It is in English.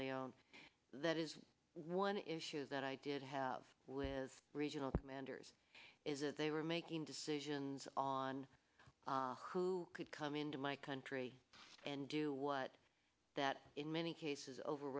lee on that is one issue that i did have with regional commanders is that they were making decisions on who could come into my country and do what that in many cases over